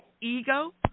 ego